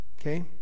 Okay